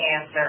answer